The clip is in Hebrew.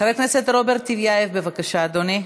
חבר הכנסת רוברט טיבייב, בבקשה, אדוני.